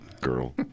girl